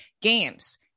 games